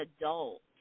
adult